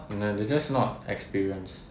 no they're just not experienced